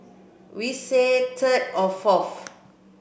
we say third or fourth